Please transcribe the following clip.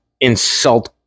insult